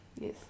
Yes